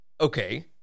Okay